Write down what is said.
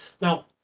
Now